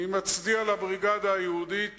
אני מצדיע לבריגדה היהודית